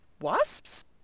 wasps